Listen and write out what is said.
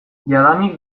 jadanik